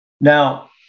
Now